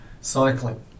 cycling